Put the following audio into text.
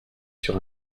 sur